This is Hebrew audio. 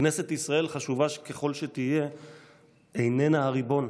כנסת ישראל, חשובה ככל שתהיה, איננה הריבון,